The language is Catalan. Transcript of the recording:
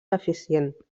deficient